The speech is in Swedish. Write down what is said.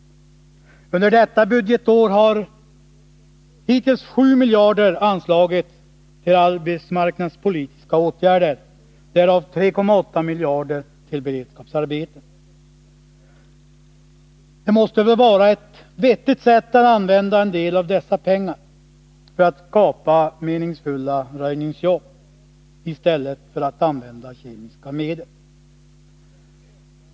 Under detta budgetår har 7 miljarder anslagits till arbetsmarknadspolitiska åtgärder; därav 3,8 miljarder till beredskapsarbeten. Det måste väl vara vettigt att använda en del av dessa pengar för att skapa meningsfulla röjningsjobb i stället för att använda kemiska medel.